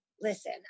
listen